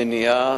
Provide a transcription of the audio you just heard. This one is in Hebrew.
מניעה,